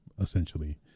essentially